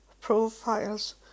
profiles